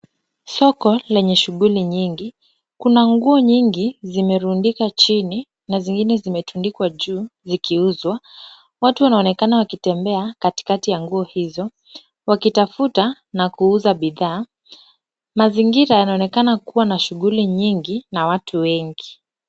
Soko lenye shughuli nyingi. Kuna nguo nyingi zimerundikwa chini na zingine zimetundikwa juu, zikiuzwa. Watu wanaonekana wakitembea katikati ya nguo hizo, wakitafuta na kuuza bidhaa. Mazingira yanaonekana kuwa na shughuli nyingi na watu wengi.